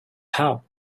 how